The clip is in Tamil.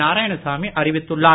நாராயணசாமி அறிவித்துள்ளார்